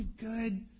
good